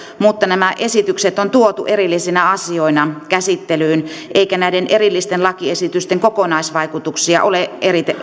mutta nämä esitykset on tuotu erillisinä asioina käsittelyyn eikä näiden erillisten lakiesitysten kokonaisvaikutuksia ole